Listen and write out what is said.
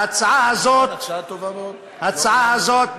ההצעה הזאת,